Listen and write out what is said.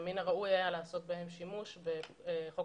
שמן הראוי היה לעשות בהם שימוש בחוק